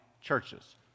churches